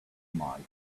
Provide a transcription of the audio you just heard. might